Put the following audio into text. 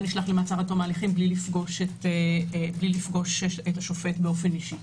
נשלח למעצר עד תום ההליכים בלי לפגוש את השופט אישית.